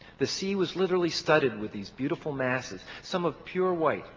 the sea was literally studded with these beautiful masses, some of pure white.